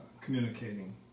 communicating